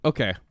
Okay